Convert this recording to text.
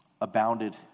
abounded